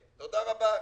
תודה רבה.